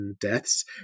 deaths